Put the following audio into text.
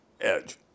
edge